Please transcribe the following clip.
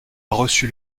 reçu